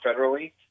federally